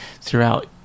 throughout